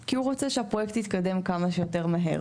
כי הוא רוצה שהפרויקט יתקדם כמה שיותר מהר,